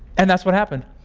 and that's what happened.